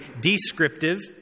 descriptive